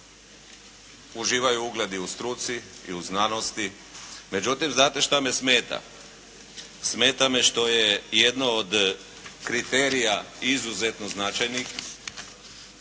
uživaju ugled i u struci i u znanosti. Međutim, znate šta me smeta? Smeta me što je jedno od kriterija izuzetno značajnih,